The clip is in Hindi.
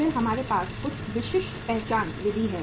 फिर हमारे पास कुछ विशिष्ट पहचान विधि है